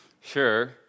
sure